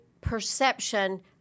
perception